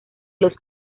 los